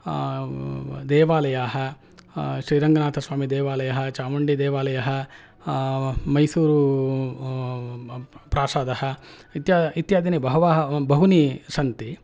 देवालयः श्रीरङ्गनाथस्वामि देवालयः चामुण्डि देवालयः मैसूरु प्रासादः इत्याद् इत्यादीनि बहूनि सन्ति